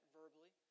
verbally